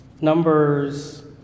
numbers